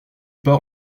pars